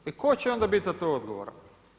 I tko će onda biti za to odgovoran?